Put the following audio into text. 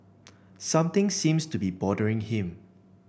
something seems to be bothering him